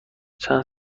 چند